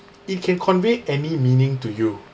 it can convey any meaning to you